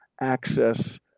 access